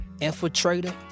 infiltrator